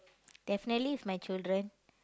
definitely is my children